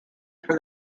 for